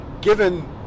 given